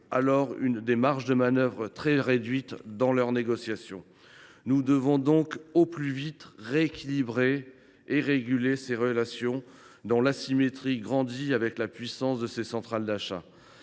alors des marges de manœuvre très réduites dans les négociations. Nous devons donc, au plus vite, rééquilibrer et réguler ces relations, dont l’asymétrie grandit avec la puissance des centrales d’achat.